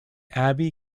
abbey